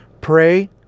pray